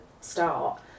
start